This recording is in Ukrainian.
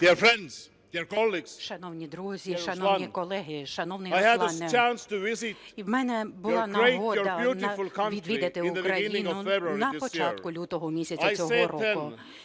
Шановні друзі, шановні колеги, шановний Руслане, у мене була нагода відвідати Україну на початку лютого місяця цього року.